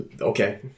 Okay